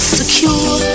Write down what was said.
secure